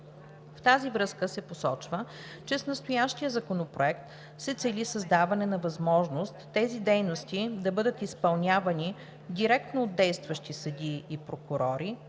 В тази връзка се посочва, че с настоящия законопроект се цели създаване на възможност тези дейности да бъдат изпълнявани директно от действащи съдии, прокурори,